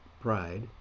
pride